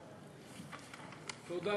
תודה